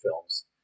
films